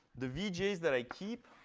the vj's that i keep,